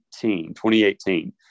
2018